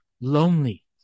lonely